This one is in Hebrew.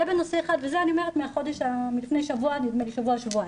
זה נושא אחד, וזה מלפני שבוע או שבועיים.